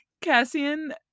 Cassian